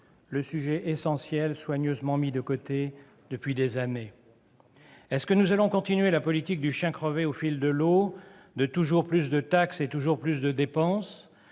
le sujet essentiel, soigneusement mis de côté depuis des années ? Allons-nous continuer la politique du chien crevé au fil de l'eau, de toujours plus de taxes et de toujours plus de dépenses ?